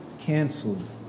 canceled